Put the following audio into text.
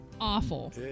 awful